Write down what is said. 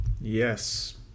Yes